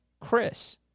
Chris